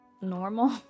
normal